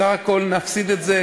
בסך הכול נפסיד את זה.